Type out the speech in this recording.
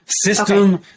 system